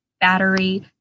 battery